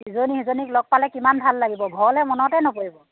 ইজনী সিজনীক লগ পালে কিমান ভাল লাগিব ঘৰলৈ মনতেই নপৰিব